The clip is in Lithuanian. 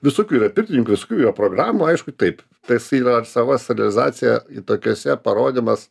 visokių yra pirtininkų visokių yra programų aišku taip tas yra sava savirealizacija tokiose parodymas